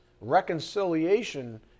reconciliation